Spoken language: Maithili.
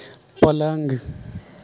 पलङ्ग